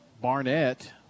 Barnett